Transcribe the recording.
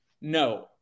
No